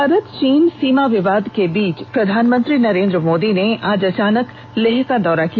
भारत चीन सीमा विवाद के बीच प्रधानमंत्री नरेन्द्र मोदी ने आज अचानक लेह का दौरा किया